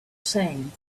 saying